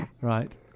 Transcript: right